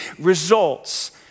results